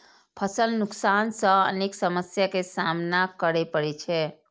फसल नुकसान सं अनेक समस्या के सामना करै पड़ै छै